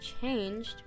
changed